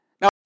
Now